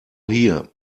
hier